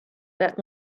that